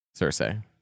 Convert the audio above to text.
Cersei